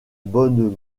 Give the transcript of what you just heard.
bonne